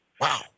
Wow